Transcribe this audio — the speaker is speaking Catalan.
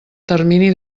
termini